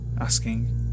asking